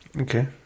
Okay